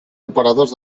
operadors